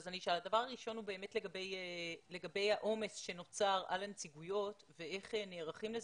הראשון הוא לגבי העומס שנוצר על הנציגויות ואיך נערכים לזה,